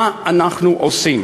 מה אנחנו עושים?